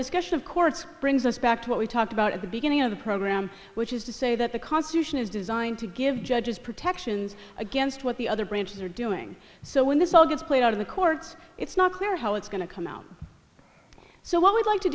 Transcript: discussion of courts brings us back to what we talked about at the beginning of the program which is to say that the constitution is designed to give judges protections against what the other branches are doing so when this all gets played out in the courts it's not clear how it's going to come out so what we'd like to